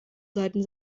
seiten